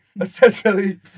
essentially